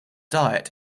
diet